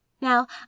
now